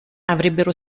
avrebbero